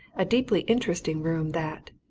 a deeply interesting room that!